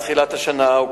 ומטרסדורף